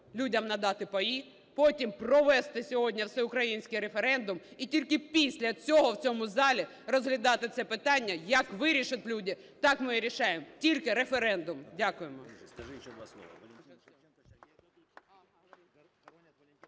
людям надати паї, потім провести сьогодні всеукраїнський референдум, і тільки після цього в цьому залі розглядати це питання. Як вирішать люди, так ми і рішаємо – тільки референдум. Дякуємо.